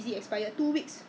really